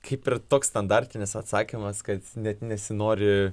kaip ir toks standartinis atsakymas kad net nesinori